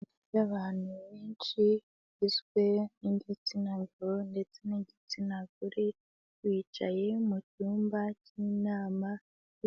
Imana y'abantu benshi igizwe n'igitsina gabo ndetse n'igitsina gore, bicaye mu cyumba cy'inama